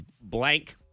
blank